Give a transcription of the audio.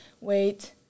Wait